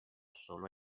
solo